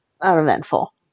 uneventful